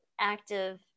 active